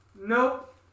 Nope